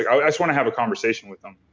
i just want to have a conversation with them.